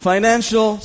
Financial